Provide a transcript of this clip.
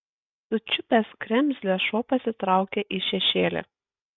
sučiupęs kremzlę šuo pasitraukė į šešėlį